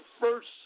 first